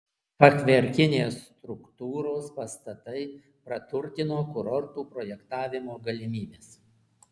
fachverkinės struktūros pastatai praturtino kurortų projektavimo galimybes